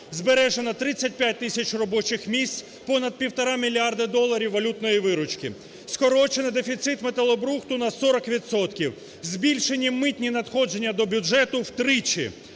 збережено 35 тисяч робочих місць, понад півтора мільярда доларів валютної виручки. Скорочено дефіцит металобрухту на 40 відсотків. Збільшені митні надходження до бюджету втричі.